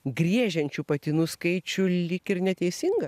griežiančių patinų skaičių lyg ir neteisinga